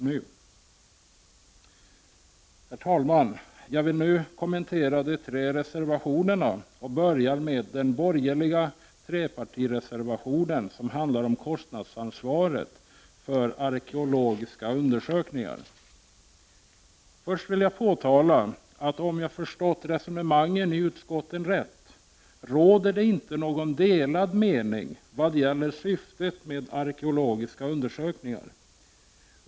Herr talman! Jag vill nu kommentera de tre reservationerna och börjar med den borgerliga trepartireservationen, som handlar om kostnadsansvaret för arkeologiska undersökningar. Först vill jag påpeka att det, om jag förstått resonemangen i utskottet rätt, inte råder någon delad mening vad gäller syftet med arkeologiska undersökningar.